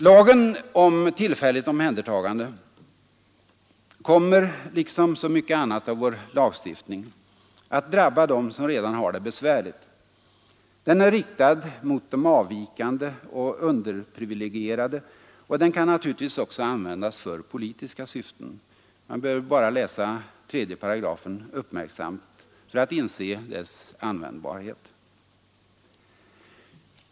Lagen om tillfälligt omhändertagande kommer — liksom så mycket annat av vår lagstiftning — att drabba dem som redan har det besvärligt. Den är riktad mot de avvikande och underprivilegierade, och den kan naturligtvis också användas för politiska syften — man behöver bara läsa 3 § uppmärksamt för att inse dess användbarhet.